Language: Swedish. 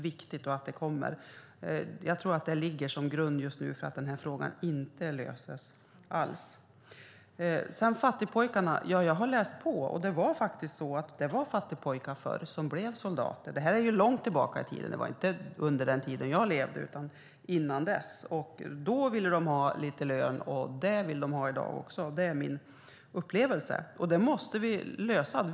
Jag tror att det just nu ligger som grund för att denna fråga inte löses alls. Fattigpojkarna: Jag har läst på. Det var faktiskt så förr att det var fattigpojkar som blev soldater. Det var långt tillbaka i tiden, inte under min tid utan tidigare. De ville ju ha lite grann i lön, och det vill man ha också i dag. Det är min upplevelse. Det här måste vi lösa.